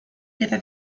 queda